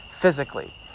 physically